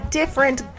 different